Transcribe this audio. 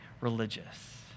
religious